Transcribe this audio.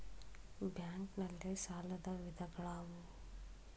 Bank ನಲ್ಲಿ ಸಾಲದ ವಿಧಗಳಾವುವು?